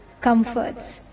comforts